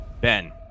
Ben